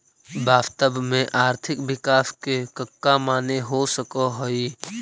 वास्तव में आर्थिक विकास के कका माने हो सकऽ हइ?